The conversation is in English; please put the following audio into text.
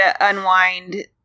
unwind